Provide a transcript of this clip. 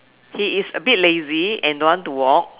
he is a bit lazy and don't want to walk